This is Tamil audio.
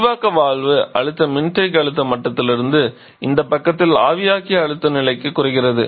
விரிவாக்க வால்வு அழுத்தம் மின்தேக்கி அழுத்த மட்டத்திலிருந்து இந்த பக்கத்தில் ஆவியாக்கி அழுத்தம் நிலைக்கு குறைகிறது